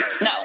No